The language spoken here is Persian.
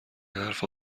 حرفها